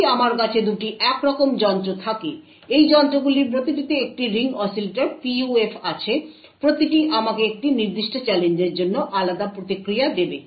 যদি আমার কাছে দুটি একরকম যন্ত্র থাকে এই যন্ত্রগুলির প্রতিটিতে একটি রিং অসিলেটর PUF আছে প্রতিটি আমাকে একটি নির্দিষ্ট চ্যালেঞ্জের জন্য আলাদা প্রতিক্রিয়া দেবে